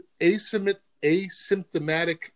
asymptomatic